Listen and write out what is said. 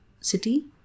city